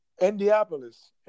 Indianapolis